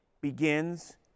begins